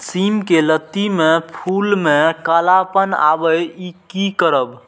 सिम के लत्ती में फुल में कालापन आवे इ कि करब?